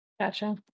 Gotcha